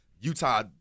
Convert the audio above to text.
Utah